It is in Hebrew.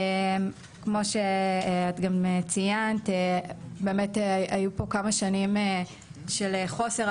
כמו שאת גם ציינת, באמת היו פה כמה שנים של חוסר.